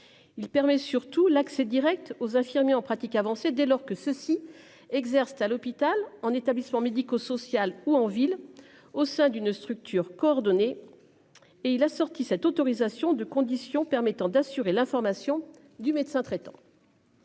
Il permet surtout l'accès Direct aux infirmiers en pratique avancée dès lors que ceux-ci exercent à l'hôpital en établissement médico-social ou en ville, au sein d'une structure. Et il a sorti cette autorisation de conditions permettant d'assurer l'information du médecin traitant.